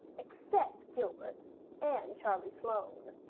except gilbert and charlie sloane,